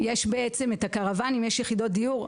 יש הקרוואנים, יש יחידות דיור.